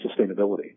sustainability